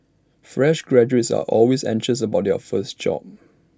fresh graduates are always anxious about their first job